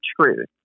truth